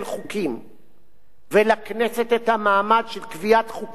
ולכנסת את המעמד של קביעת חוקי-יסוד עם שריונם,